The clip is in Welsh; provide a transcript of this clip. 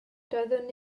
doeddwn